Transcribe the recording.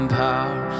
power